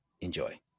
Enjoy